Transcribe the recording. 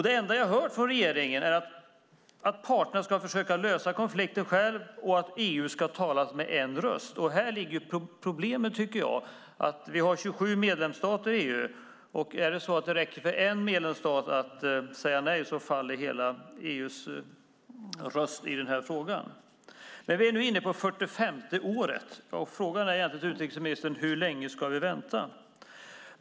Det enda jag hör från regeringen är att parterna ska försöka lösa konflikten själva och att EU ska tala med en röst. Här ligger problemet. Vi har 27 medlemsstater i EU. Det räcker med att en medlemsstat säger nej för att EU:s röst i den här frågan ska falla. Vi är nu inne på 45:e året. Frågan till utrikesministern är: Hur länge ska vi vänta?